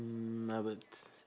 mm I would s~